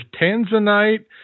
Tanzanite